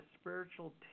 spiritual